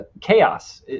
chaos